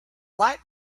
light